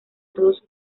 todos